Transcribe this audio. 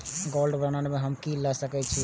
Gold bond में हम की ल सकै छियै?